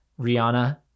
Rihanna